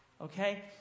Okay